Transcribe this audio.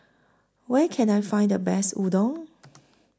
Where Can I Find The Best Udon